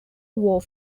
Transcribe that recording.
war